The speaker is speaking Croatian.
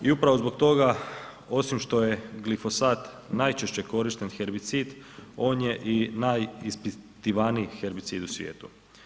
I upravo zbog toga osim što je glifosat najčešće korišten herbicid on je i najispitivaniji herbicid u svijetu.